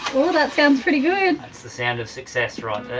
oh that sounds pretty good. that's the sound of success right there.